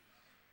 פיצויי פיטורים),